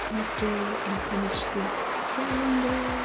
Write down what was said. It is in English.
after i finish this calendar